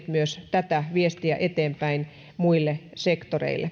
tätä viestiä eteenpäin muille sektoreille mutta